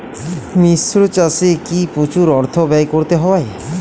মিশ্র চাষে কি প্রচুর অর্থ ব্যয় করতে হয়?